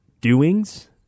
doings